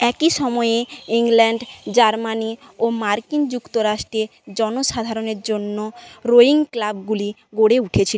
একই সময়ে England Germany ও মার্কিন যুক্তরাষ্ট্রে জনসাধারণের জন্য রোয়িং ক্লাবগুলি গড়ে উঠেছিলো